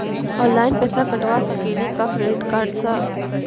Online पैसा कटवा सकेली का क्रेडिट कार्ड सा?